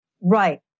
right